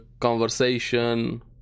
conversation